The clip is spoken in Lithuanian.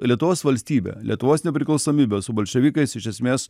lietuvos valstybė lietuvos nepriklausomybė su bolševikais iš esmės